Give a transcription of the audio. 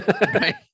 Right